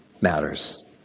matters